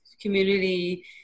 community